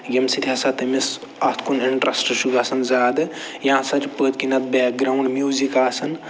ییٚمہِ سۭتۍ ہسا تٔمِس اَتھ کُن اِنٛٹرٛسٹ چھُ گَژھان زیادٕ یا ہَسا چھِ پٔتۍکِنۍ اَتھ بیک گرٛاوُنٛڈ میوٗزِک آسان